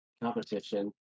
competition